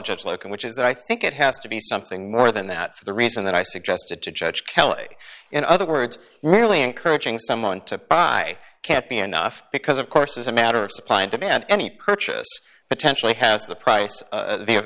judge looking which is that i think it has to be something more than that for the reason that i suggested to judge kelly in other words merely encouraging someone to buy can't be enough because of course as a matter of supply and demand any purchase potentially has the price of the